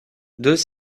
deux